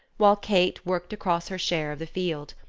while kate worked across her share of the field.